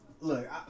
Look